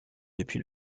depuis